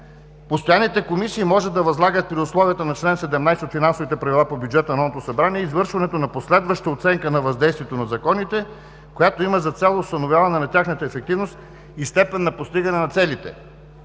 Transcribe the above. Постоянните комисии може да възлагат при условията на чл. 17 от Финансовите правила по бюджета на Народното събрание извършването на последваща оценка на въздействието на законите, която има за цел установяване на тяхната ефективност и степен на постигане на целите.